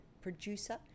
producer